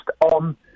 on